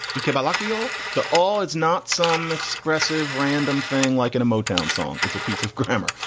he kept lochiel the all it's not some expressive random thing like an a motown song. it's a piece of grammar.